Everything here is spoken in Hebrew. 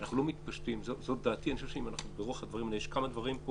יש כמה דברים פה